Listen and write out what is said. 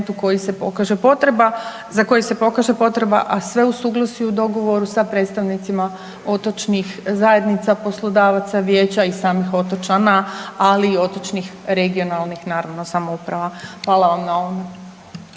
za koji se pokaže potreba, a sve u suglasju i u dogovoru sa predstavnicima otočnih zajednica, poslodavaca, vijeća i samih otočana, ali i otočnih regionalnih samouprava. Hvala vam na ovome.